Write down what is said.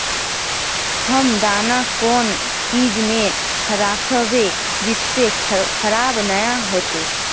हम दाना कौन चीज में राखबे जिससे खराब नय होते?